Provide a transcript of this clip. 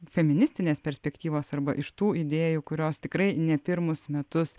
feministinės perspektyvos arba iš tų idėjų kurios tikrai ne pirmus metus